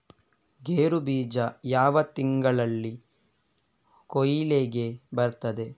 ಗೇರು ಬೀಜ ಯಾವ ತಿಂಗಳಲ್ಲಿ ಕೊಯ್ಲಿಗೆ ಬರ್ತದೆ?